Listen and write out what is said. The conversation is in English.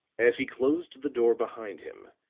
as he closed the door behind him,